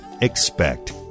Expect